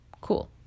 Cool